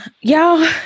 y'all